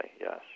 yes